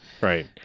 Right